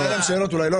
12:30.